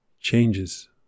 changes